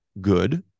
good